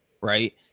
right